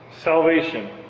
salvation